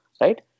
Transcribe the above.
Right